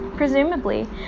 Presumably